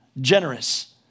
generous